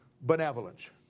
benevolence